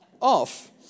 off